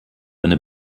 eine